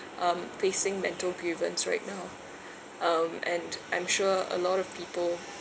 um facing mental grievance right now um and I'm sure a lot of people